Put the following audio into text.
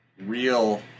real